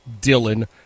Dylan